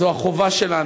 זו החובה שלנו.